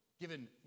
given